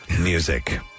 music